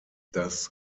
das